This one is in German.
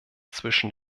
zwischen